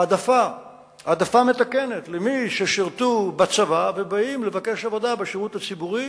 העדפה מתקנת למי ששירתו בצבא ובאים לבקש עבודה בשירות הציבורי,